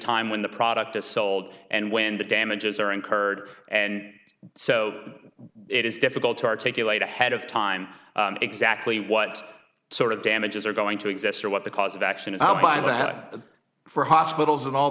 time when the product is sold and when the damages are incurred and so it is difficult to articulate ahead of time exactly what sort of damages are going to exist or what the cause of action is i'll buy that for hospitals and all